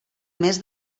més